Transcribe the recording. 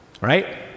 right